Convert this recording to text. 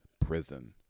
prison